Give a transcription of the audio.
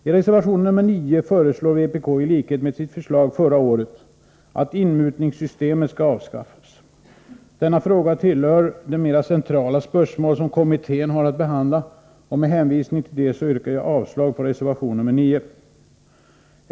I reservation nr 9 föreslår vpk i likhet med sitt förslag förra året att inmutningssystemet skall avskaffas. Denna fråga tillhör de mera centrala spörsmål som kommittén har att behandla, och med hänvisning till detta yrkar jag avslag på reservation nr 9.